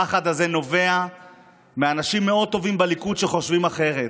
הפחד הזה נובע מאנשים מאוד טובים בליכוד שחושבים אחרת,